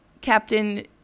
Captain